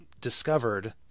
discovered